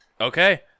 Okay